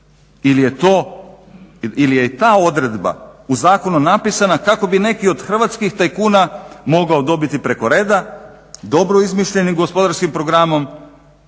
ili je i ta odredba u zakonu napisana kako bi neki od hrvatskih tajkuna mogao dobiti preko reda dobro izmišljenim gospodarskim programom